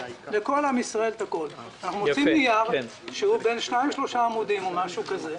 אנחנו מוציאים נייר שהוא בן 2 3 עמודים או משהו כזה,